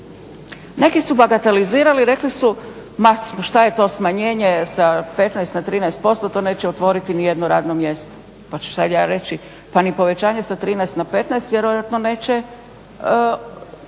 Neki su bagatelizirali, rekli su ma šta je to smanjenje sa 15 na 13%, to neće otvoriti ni jedno radno mjesto. Pa ću sad ja reći, pa ni povećanje sa 13 na 15 vjerojatno neće